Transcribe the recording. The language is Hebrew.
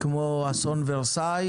כמו אסון ורסאי